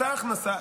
אותה הכנסה,